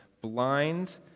Blind